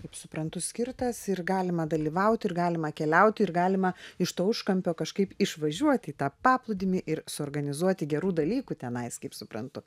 kaip suprantu skirtas ir galima dalyvauti ir galima keliauti ir galima iš to užkampio kažkaip išvažiuot į tą paplūdimį ir suorganizuoti gerų dalykų tenais kaip suprantu